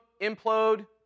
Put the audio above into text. implode